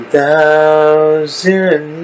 thousand